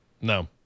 No